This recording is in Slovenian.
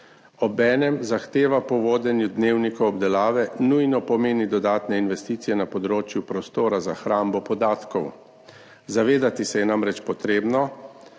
obenem pa zahteva po vodenju dnevnika obdelave nujno pomeni dodatne investicije na področju prostora za hrambo podatkov. Zavedati se je namreč potrebno,